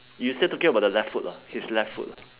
you still talking about the left foot ah his left foot